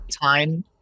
time